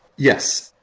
yes.